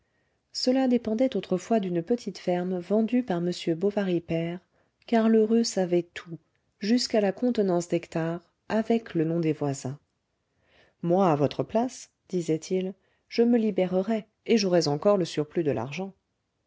cela dépendait autrefois d'une petite ferme vendue par m bovary père car lheureux savait tout jusqu'à la contenance d'hectares avec le nom des voisins moi à votre place disait-il je me libérerais et j'aurais encore le surplus de l'argent